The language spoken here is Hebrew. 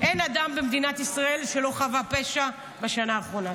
אין אדם במדינת ישראל שלא חווה פשע בשנה האחרונה.